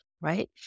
right